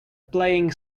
playing